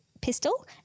pistol